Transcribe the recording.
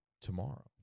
tomorrow